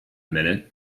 minute